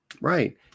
right